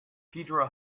pedro